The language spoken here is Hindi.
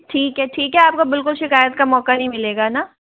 ठीक है ठीक है आपको बिलकुल शिकायत का मौका नहीं मिलेगा न